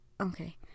okay